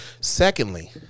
Secondly